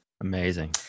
Amazing